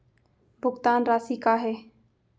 भुगतान राशि का हे?